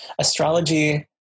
Astrology